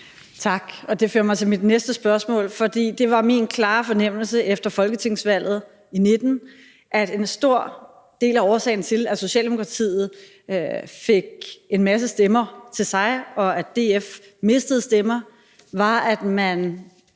Tak. Det fører mig til mit næste spørgsmål. Det var min klare fornemmelse efter folketingsvalget i 2019, at en stor del af årsagen til, at Socialdemokratiet fik en masse stemmer og DF mistede stemmer, var, at man